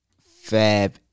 Fab